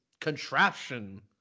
contraption